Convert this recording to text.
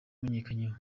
amenyereweho